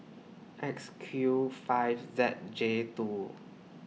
X Q five Z J two